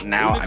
Now